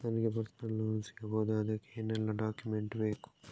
ನನಗೆ personal loan ಸಿಗಬಹುದ ಅದಕ್ಕೆ ಏನೆಲ್ಲ ಡಾಕ್ಯುಮೆಂಟ್ ಬೇಕು?